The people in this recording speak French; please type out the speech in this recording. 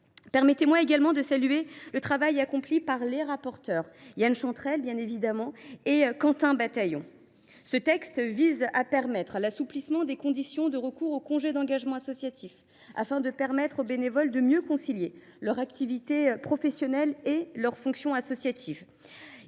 Permettez moi également de saluer le travail accompli par les rapporteurs, MM. Yan Chantrel et Quentin Bataillon. Ce texte assouplit les conditions de recours au congé d’engagement associatif, afin de permettre aux bénévoles de mieux concilier leur activité professionnelle et leur fonction associative.